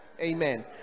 Amen